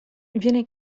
viene